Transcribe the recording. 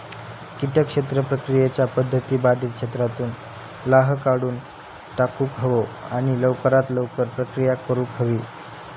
किटक क्षेत्र प्रक्रियेच्या पध्दती बाधित क्षेत्रातुन लाह काढुन टाकुक हवो आणि लवकरात लवकर प्रक्रिया करुक हवी